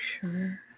sure